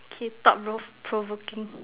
okay thought provo~ provoking